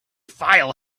file